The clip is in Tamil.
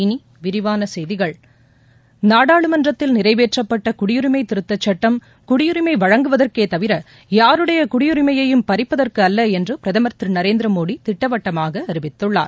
இனி விரிவான செய்திகள் நாடாளுமன்றத்தில் நிறைவேற்றப்பட்ட குடியுரிமை திருத்தச்சுட்டம் குடியுரிமை வழங்குவதற்கே தவிர யாருடைய குடியுரிமையையும் பறிப்பதற்கு அல்ல என்று பிரதமர் திரு நரேந்திரமோடி திட்டவட்டமாக அறிவித்துள்ளார்